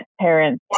parents